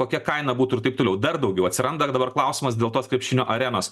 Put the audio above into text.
kokia kaina būtų ir taip toliau dar daugiau atsiranda dabar klausimas dėl tos krepšinio arenos